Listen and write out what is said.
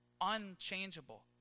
unchangeable